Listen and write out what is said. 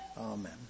Amen